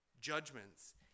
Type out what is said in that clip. Judgments